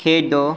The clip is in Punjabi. ਖੇਡੋ